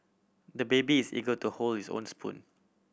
the baby is eager to hold his own spoon